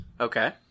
Okay